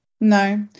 No